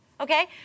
Okay